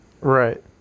right